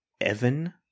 Evan